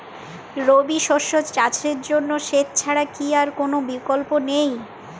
রবি শস্য চাষের জন্য সেচ ছাড়া কি আর কোন বিকল্প নেই?